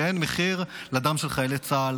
שאין מחיר לדם של חיילי צה"ל,